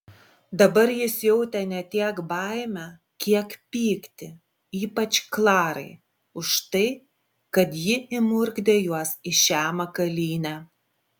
dabar jis jautė ne tiek baimę kiek pyktį ypač klarai už tai kad ji įmurkdė juos į šią makalynę